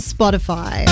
Spotify